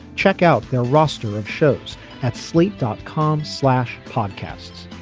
check out their roster of shows at slate dot com slash podcasts.